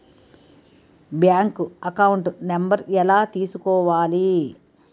Bank account number ఎలా తీసుకోవాలి?